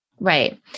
Right